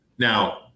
Now